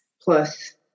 plus